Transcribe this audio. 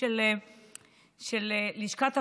לשכת עבודה.